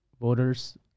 voters